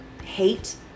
hate